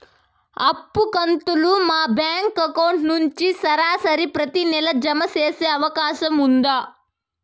అప్పు కంతులు మా బ్యాంకు అకౌంట్ నుంచి సరాసరి ప్రతి నెల జామ సేసే అవకాశం ఉందా?